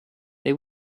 they